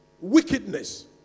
Wickedness